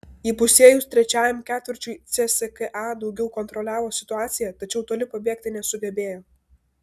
įpusėjus trečiajam ketvirčiui cska daugiau kontroliavo situaciją tačiau toli pabėgti nesugebėjo